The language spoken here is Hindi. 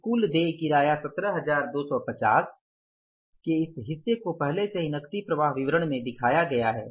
इस कुल देय किराए 17250 के इस हिस्से को पहले से ही नकदी प्रवाह विवरण में दिखाया गया है